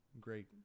great